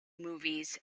movies